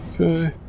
Okay